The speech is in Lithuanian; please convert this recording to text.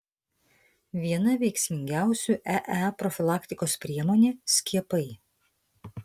viena veiksmingiausių ee profilaktikos priemonė skiepai